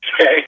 Okay